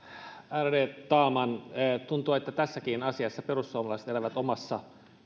ärade talman tuntuu että tässäkin asiassa perussuomalaiset elävät omassa